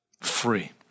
free